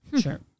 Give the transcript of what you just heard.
Sure